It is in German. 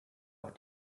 auch